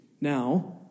Now